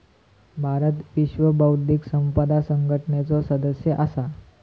भारत विश्व बौध्दिक संपदा संघटनेचो सदस्य असा